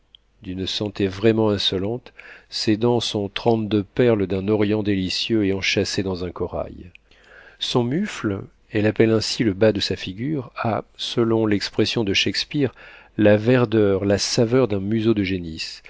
d'une santé vraiment insolente ses dents sont trente-deux perles d'un orient délicieux et enchâssées dans un corail son mufle elle appelle ainsi le bas de sa figure a selon l'expression de shakspeare la verdeur la saveur d'un museau de génisse